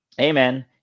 amen